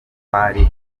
kwari